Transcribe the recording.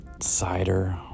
cider